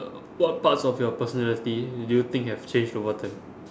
uh what parts of your personality do you think have changed over time